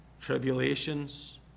Tribulations